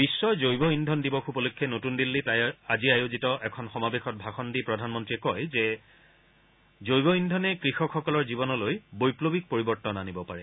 বিশ্ব জৈৱ ইন্ধন দিৱস উপলক্ষে নতুন দিল্লীত আজি আয়োজিত এখন সমাবেশত ভাষণ দি প্ৰধানমন্ত্ৰীগৰাকীয়ে লগতে কয় যে জৈৱ ইন্দনে কৃষকসকলৰ জীৱনলৈ বৈপ্লৱিত পৰিৱৰ্তন আনিব পাৰে